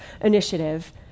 initiative